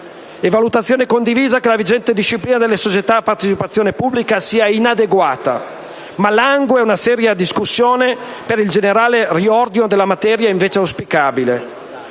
È valutazione condivisa che la vigente disciplina delle società a partecipazione pubblica sia inadeguata, ma langue una seria discussione per l'auspicabile, generale riordino della materia; tra le